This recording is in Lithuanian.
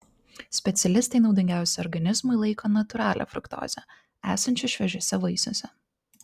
specialistai naudingiausia organizmui laiko natūralią fruktozę esančią šviežiuose vaisiuose